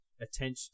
attention